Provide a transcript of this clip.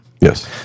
Yes